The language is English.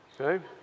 okay